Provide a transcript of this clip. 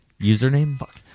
Username